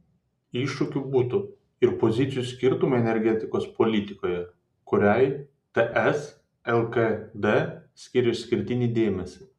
iššūkiu būtų ir pozicijų skirtumai energetikos politikoje kuriai ts lkd skiria išskirtinį dėmesį